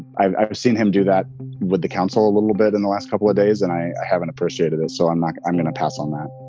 i've ever seen him do that with the council a little bit in the last couple of days, and i haven't appreciated it. so i'm like, i'm going to pass on that.